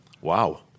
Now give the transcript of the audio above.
Wow